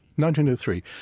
1903